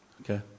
Okay